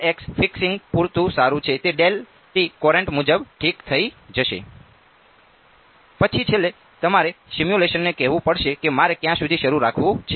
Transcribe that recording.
તેથી ફિક્સિંગ પૂરતું સારું છે તે કોરન્ટ મુજબ ઠીક થઈ જશે પછી છેલ્લે તમારે સિમ્યુલેશનને કહેવું પડશે કે મારે ક્યાં સુધી શરુ રાખવું છે